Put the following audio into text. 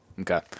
Okay